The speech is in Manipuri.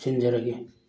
ꯂꯣꯏꯁꯤꯟꯖꯔꯒꯦ